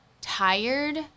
tired